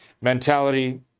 mentality